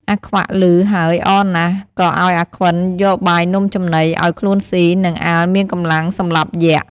អាខ្វាក់ លឺហើយអរណាស់ ក៏ឲ្យអាខ្វិនយលបាយនំចំណីឱ្យខ្លួនស៊ី នឹងអាលមានកំលាំងសម្លាប់យក្យ